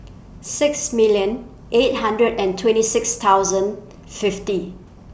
six million eight hundred and twenty six thousand fifty